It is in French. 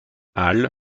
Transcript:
halle